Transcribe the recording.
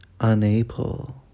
unable